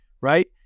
right